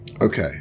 okay